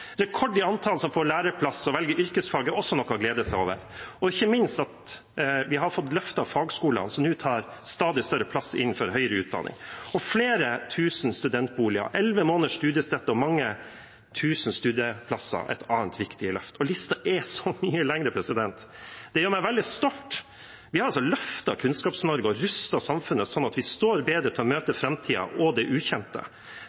Rekord i antallet som får læreplass og velger yrkesfag, er også noe å glede seg over, og ikke minst at vi har fått løftet fagskolene, som nå tar stadig større plass innenfor høyere utdanning. Flere tusen studentboliger, elleve måneders studiestøtte og mange tusen studieplasser er andre viktige løft. Og listen er så mye lengre. Det gjør meg veldig stolt. Vi har løftet Kunnskaps-Norge og rustet samfunnet sånn at vi står bedre til å møte